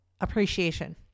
appreciation